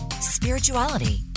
spirituality